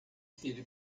city